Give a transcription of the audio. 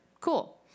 Cool